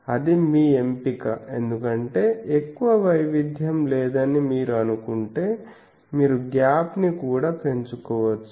అది మీ ఎంపిక ఎందుకంటే ఎక్కువ వైవిధ్యం లేదని మీరు అనుకుంటే మీరు గ్యాప్ ని కూడా పెంచుకోవచ్చు